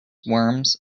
worms